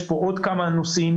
יש פה עוד כמה נושאים.